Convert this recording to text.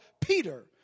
Peter